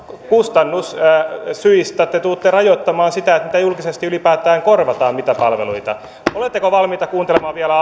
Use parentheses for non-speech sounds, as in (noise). kustannussyistä te te tulette rajoittamaan sitä mitä palveluita julkisesti ylipäätään korvataan oletteko valmiita kuuntelemaan vielä (unintelligible)